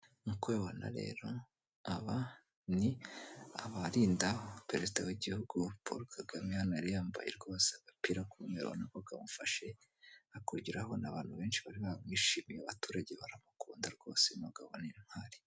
Nkuko ubibona rero aba ni abarinda perezida w'igihugu Paul Kagame hano yari yambaye rwose agapira k'umweru ubona ko kamufashe, hakurya urahabona abantu benshi bari bamwishimiye abaturage baramukunda rwose uyu mugabo ni intwari.